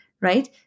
Right